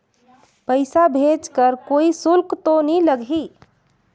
पइसा भेज कर कोई शुल्क तो नी लगही?